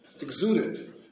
exuded